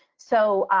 so,